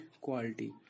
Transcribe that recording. quality